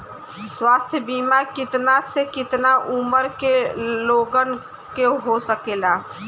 स्वास्थ्य बीमा कितना से कितना उमर के लोगन के हो सकेला?